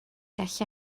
gallu